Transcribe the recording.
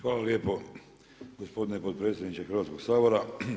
Hvala lijepo gospodine potpredsjedniče Hrvatskog sabora.